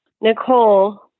Nicole